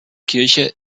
kirche